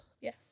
Yes